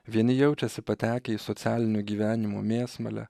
vieni jaučiasi patekę į socialinio gyvenimo mėsmalę